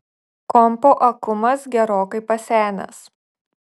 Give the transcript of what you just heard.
kompo akumas gerokai pasenęs